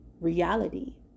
reality